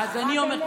אז אני אומר,